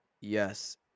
Yes